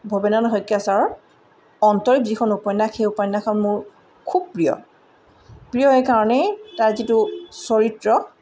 ভবেন্দ্ৰনাথ শইকীয়া ছাৰৰ অন্তৰীপ যিখন উপন্যাস সেই উপন্যাসখন মোৰ খুব প্ৰিয় প্ৰিয় এইকাৰণেই তাৰ যিটো চৰিত্ৰ